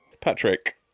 Patrick